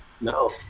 No